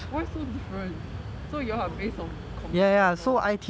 why so different so you all are based on commission lor